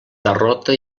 derrota